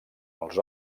els